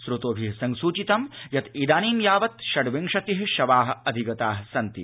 स्रोतोभि संसुचितं यत् इदानीं यावत् षड् विंशति शवा अधिगता सन्ति